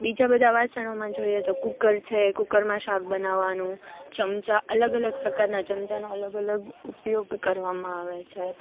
બીજાં બધાં વાસણોમાં જોઈએ તો કુકર છે કુકરમાં શાક બનાવવાનું ચમચા અલગ અલગ પ્રકારના ચમચાનો અલગ અલગ ઉપયોગ કરવામાં આવે છે